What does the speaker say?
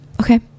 okay